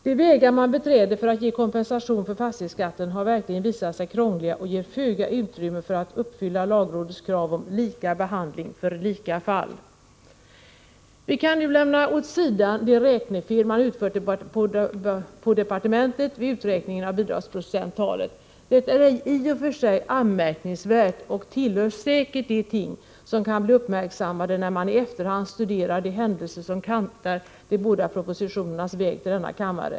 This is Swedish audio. De vägar man beträder för att ge kompensation för fastighetsskatten har verkligen visat sig krångliga och ger föga utrymme för att uppfylla lagrådets krav om ”lika behandling för lika fall”. Vi kan nu lämna åt sidan det räknefel departementet har gjort vid uträkningen av bidragsprocenttalet. Det är i och för sig anmärkningsvärt och tillhör säkert de ting som kan bli uppmärksammade när man i efterhand studerar de händelser som kantar de båda propositionernas väg till denna kammare.